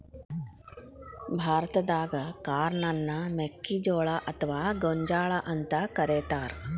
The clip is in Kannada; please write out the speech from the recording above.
ಭಾರತಾದಾಗ ಕಾರ್ನ್ ಅನ್ನ ಮೆಕ್ಕಿಜೋಳ ಅತ್ವಾ ಗೋಂಜಾಳ ಅಂತ ಕರೇತಾರ